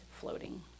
floating